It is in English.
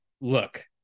look